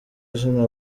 izina